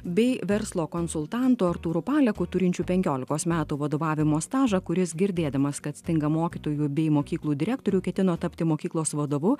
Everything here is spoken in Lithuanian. bei verslo konsultantu artūru paleku turinčiu penkiolikos metų vadovavimo stažą kuris girdėdamas kad stinga mokytojų bei mokyklų direktorių ketino tapti mokyklos vadovu